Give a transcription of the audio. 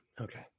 okay